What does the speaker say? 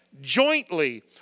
jointly